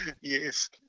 Yes